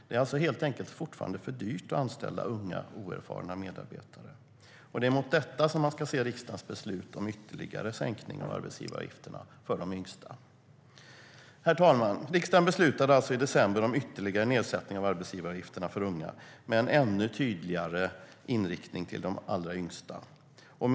Det är alltså fortfarande för dyrt att anställa unga oerfarna medarbetare. Det är mot bakgrund av detta man ska se riksdagens beslut om ytterligare sänkning av arbetsgivaravgifterna för de yngsta. Riksdagen beslutade alltså i december om ytterligare nedsättning av arbetsgivaravgifterna för unga med en ännu tydligare inriktning på de allra yngsta på svensk arbetsmarknad.